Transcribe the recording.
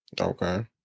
Okay